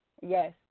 Yes